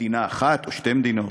מדינה אחת או שתי מדינות",